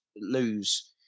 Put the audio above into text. lose